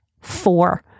four